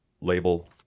label